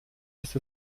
ist